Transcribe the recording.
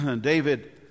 David